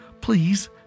Please